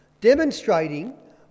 demonstrating